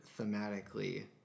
thematically